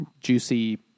juicy